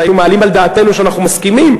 היינו מעלים על דעתנו שאנחנו מסכימים,